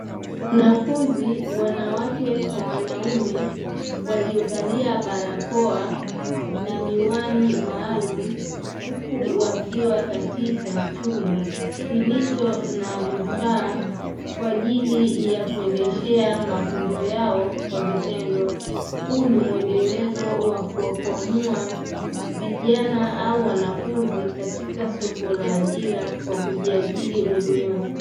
Wanafunzi wanawake kwa wanaume, waliovalia barakoa na miwani maalumu, huku wakiwa katika chumba kilicho na vifaa kwa ajili ya kuendeshea mafunzo yao kwa vitendo. Huu ni muendelezo wa kuwakwamua vijana au wanafunzi katika soko la ajira kwa kujiajiri wenyewe.